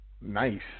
nice